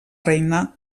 reina